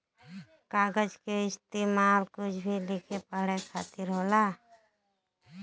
कागज के इस्तेमाल कुछ भी लिखे पढ़े खातिर होला